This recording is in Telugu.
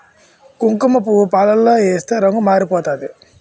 కుంకుమపువ్వు పాలలో ఏస్తే రంగు మారిపోతాది